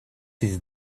ist